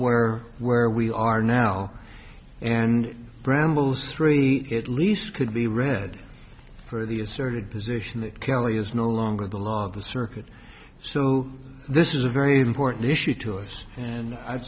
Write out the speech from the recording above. where where we are now and brambles three at least could be read for the asserted position that kelly is no longer the law of the circuit so this is a very important issue to us and i'd